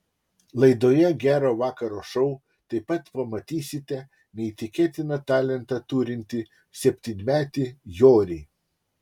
laidoje gero vakaro šou taip pat pamatysite neįtikėtiną talentą turintį septynmetį jorį